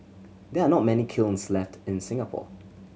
there are not many kilns left in Singapore